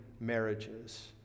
marriages